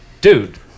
dude